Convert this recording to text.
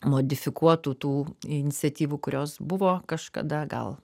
modifikuotų tų iniciatyvų kurios buvo kažkada gal